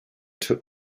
took